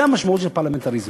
זו המשמעות של הפרלמנטריזם.